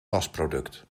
wasproduct